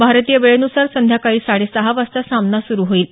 भारतीय वेळेनुसार संध्याकाळी साडेसहा वाजता सामना सुरू होईल